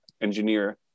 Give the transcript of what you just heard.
engineer